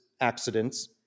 accidents